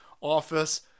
Office